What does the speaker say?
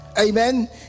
amen